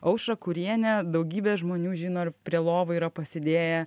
aušrą kurienę daugybė žmonių žino ir prie lovų yra pasidėję